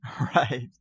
Right